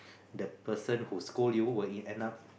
the person who scold you will end up